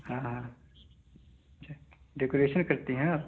हाँ हाँ अच्छा डेकोरेशन करती हैं आप